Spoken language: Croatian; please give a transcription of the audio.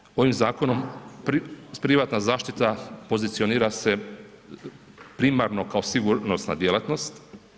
Nadalje, ovim zakonom privatna zaštita pozicionira se primarno kao sigurnosna djelatnost.